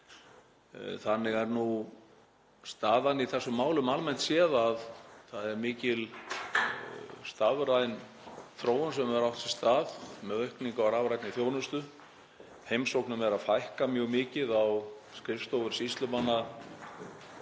Þannig er nú staðan í þessum málum almennt séð, að það er mikil stafræn þróun sem hefur átt sér stað með aukningu á rafrænni þjónustu. Heimsóknum er að fækka mjög mikið á skrifstofu sýslumanna